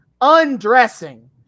undressing